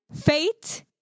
Fate